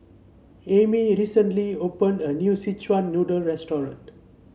Amy recently opened a new Szechuan Noodle restaurant